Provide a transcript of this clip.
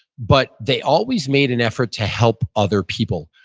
but they always made an effort to help other people.